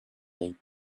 they